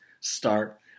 start